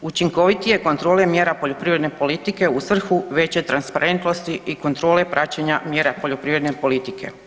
učinkovitije kontrole mjera poljoprivredne politike u svrhu veće transparentnosti i kontrole praćenje mjera poljoprivredne politike.